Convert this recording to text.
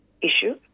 issue